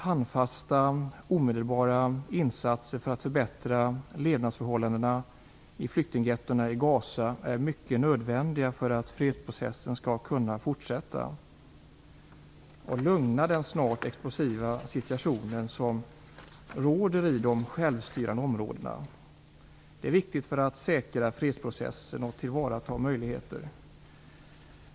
Handfasta, omedelbara insatser för att förbättra levnadsförhållandena i flyktinggettona i Gaza är mycket nödvändiga för att fredsprocessen skall kunna fortsätta och för att lugna den snart explosiva situation som råder i de självstyrande områdena. Det är viktigt för att fredsprocessen skall kunna säkras och möjligheter tillvaratas.